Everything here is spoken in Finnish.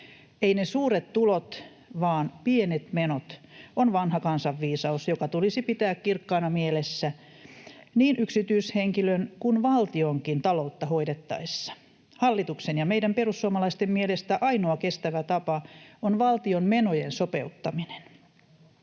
”Ei ne suuret tulot vaan pienet menot” on vanha kansanviisaus, joka tulisi pitää kirkkaana mielessä niin yksityishenkilön kuin valtionkin taloutta hoidettaessa. Hallituksen ja meidän perussuomalaisten mielestä ainoa kestävä tapa on valtion menojen sopeuttaminen.